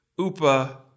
Upa